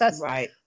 Right